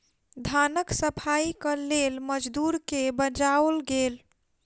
धानक सफाईक लेल मजदूर के बजाओल गेल